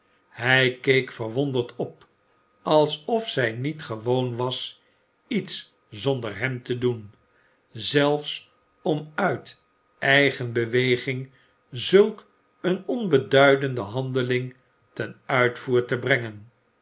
hij keek verwonderd op alsof zg niet gewoon was iets zonder hem te doen zelfs om uit eigen beweging zulk een onbeduidende handeling ten uitvoer te brengen